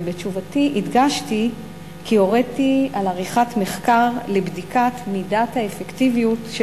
ובתשובתי הדגשתי כי הוריתי על עריכת מחקר לבדיקת מידת האפקטיביות של